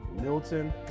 Milton